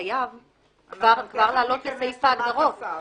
חייב כבר להעלות לסעיף ההגדרות.